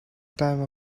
time